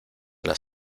las